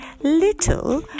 little